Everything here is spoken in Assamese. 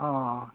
অঁ